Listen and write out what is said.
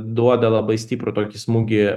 duoda labai stiprų tokį smūgį